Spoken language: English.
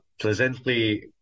pleasantly